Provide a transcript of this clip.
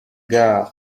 gaal